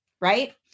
right